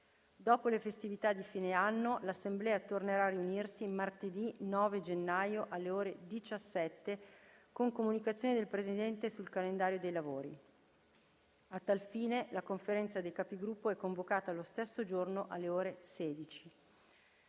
Dopo le festività di fine anno, l’Assemblea tornerà a riunirsi martedì 9 gennaio, alle ore 17, con comunicazioni del Presidente sul calendario dei lavori. A tal fine, la Conferenza dei Capigruppo è convocata lo stesso giorno alle ore 16.